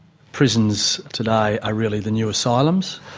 prisons today are really the new asylums.